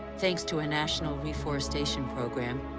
thanks to a national reforestation program,